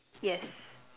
yes